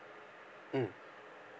mm